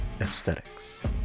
Aesthetics